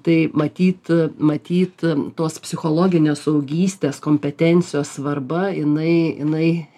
tai matyt a matyt tos psichologinės suaugystės kompetencijos svarba jinai jinai